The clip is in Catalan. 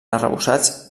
arrebossats